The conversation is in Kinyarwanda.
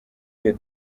iyo